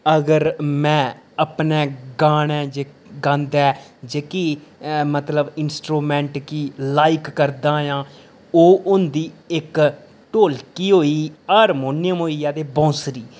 अगर में अपने गाने च गांदे जेह्की मतलब इंस्ट्रूमैंट गी लाईक करदा आं ओह् होंदी इक ढोलकी होई गेई हारमोनियम होई गेआ ते बांसुरी